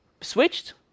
switched